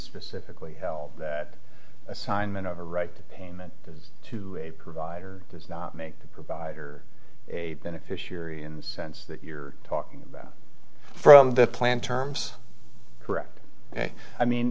specifically that assignment of a right to payment to a provider does not make the provider a beneficiary in the sense that you're talking about from the plan terms correct and i mean